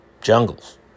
jungles